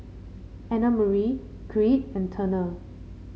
Annamarie Creed and Turner